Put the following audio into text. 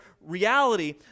reality